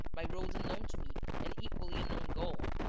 by roads unknown to me, an equally unknown goal.